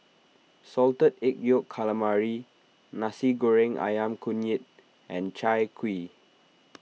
Salted Egg Yolk Calamari Nasi Goreng Ayam Kunyit and Chai Kuih